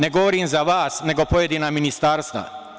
Ne govorim za vas, nego pojedina ministarstva.